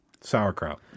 sauerkraut